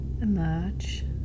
emerge